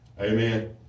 Amen